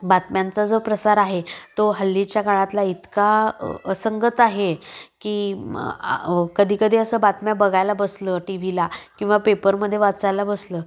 बातम्यांचा जो प्रसार आहे तो हल्लीच्या काळातला इतका असंगत आहे की कधीकधी असं बातम्या बघायला बसलं टी व्हीला किंवा पेपरमध्ये वाचायला बसलं